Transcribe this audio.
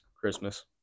Christmas